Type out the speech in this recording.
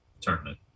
tournament